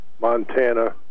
Montana